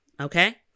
Okay